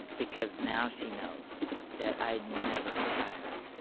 because now she knows that i never forgot her